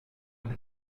des